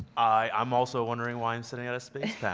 i'm also wondering why i'm sitting in a space yeah